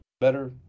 better